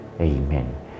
Amen